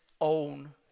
own